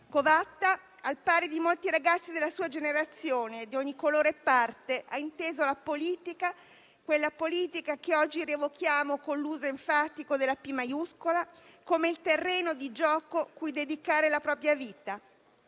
Covatta, al pari di molti ragazzi della sua generazione, di ogni colore e parte, ha inteso la politica, quella politica che oggi rievochiamo con l'uso enfatico della "P" maiuscola, come il terreno di gioco cui dedicare la propria vita,